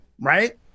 right